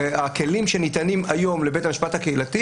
בפירוש הכלים שניתנים היום לבית המשפט הקהילתי